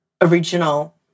original